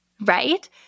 right